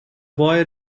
boy